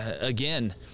again